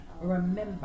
remember